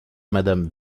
madame